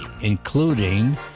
including